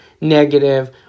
negative